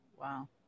Wow